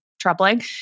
troubling